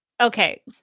Okay